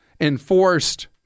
enforced